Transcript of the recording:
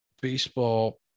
baseball